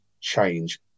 change